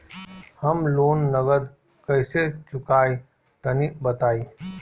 हम लोन नगद कइसे चूकाई तनि बताईं?